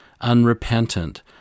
unrepentant